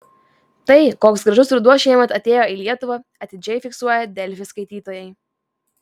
tai koks gražus ruduo šiemet atėjo į lietuvą atidžiai fiksuoja delfi skaitytojai